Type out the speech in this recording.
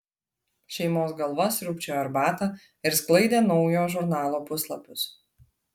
šeimos galva sriūbčiojo arbatą ir sklaidė naujo žurnalo puslapius